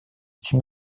этим